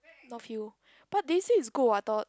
north you but they say is good what I thought